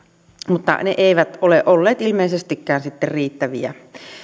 mutta ne eivät ole olleet ilmeisestikään sitten riittäviä